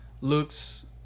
looks